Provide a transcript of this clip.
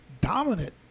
dominant